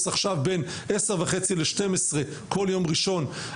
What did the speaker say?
עכשיו בין 10:30 ל-12:00 כל יום ראשון?